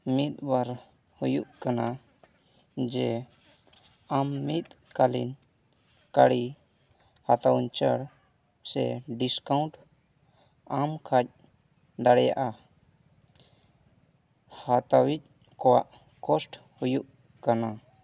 ᱢᱤᱫᱼᱵᱟᱨ ᱦᱩᱭᱩᱜ ᱠᱟᱱᱟ ᱡᱮ ᱟᱢ ᱢᱤᱫ ᱠᱟᱞᱤᱱ ᱠᱟᱲᱤ ᱦᱟᱛᱟᱣ ᱩᱱᱪᱚᱲ ᱥᱮ ᱰᱤᱥᱠᱟᱣᱩᱱᱴ ᱟᱢ ᱠᱷᱚᱡ ᱫᱟᱲᱮᱭᱟᱜᱼᱟ ᱦᱟᱛᱟᱣᱤᱡ ᱠᱚᱣᱟᱜ ᱠᱚᱥᱴ ᱦᱩᱭᱩᱜ ᱠᱟᱱᱟ